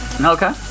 Okay